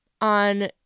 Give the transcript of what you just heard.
on